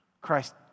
Christ